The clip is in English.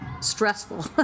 stressful